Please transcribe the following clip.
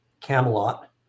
Camelot